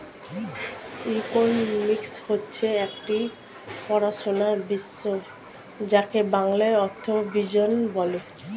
economics হচ্ছে একটি পড়াশোনার বিষয় যাকে বাংলায় অর্থবিজ্ঞান বলে